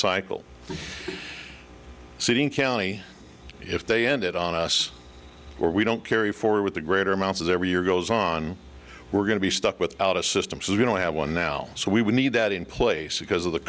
cycle sitting county if they end it on us or we don't carry forward with the greater amounts every year goes on we're going to be stuck without a system so we don't have one now so we would need that in place because of the